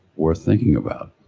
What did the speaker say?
worth thinking about.